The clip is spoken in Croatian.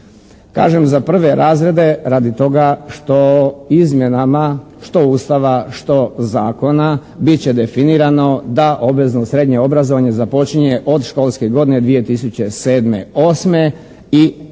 Kažem, za prve razrede radi toga što izmjenama što Ustava, što zakona bit će definirano da obvezno srednje obrazovanje započinje od školske godine 2007., 2008.